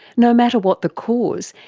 no matter what the cause,